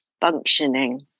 functioning